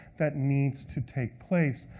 that needs to take place.